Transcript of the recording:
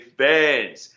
fans